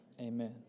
amen